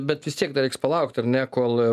bet vis tiek dar reiks palaukti ar ne kol